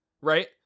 right